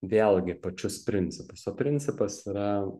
vėlgi pačius principus o principas yra